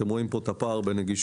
אתם רואים כאן את הפער בנגישות.